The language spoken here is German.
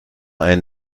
ein